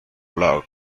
blog